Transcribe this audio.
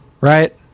right